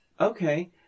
Okay